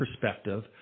perspective